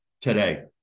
today